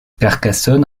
carcassonne